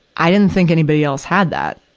i didn't think anybody else had that.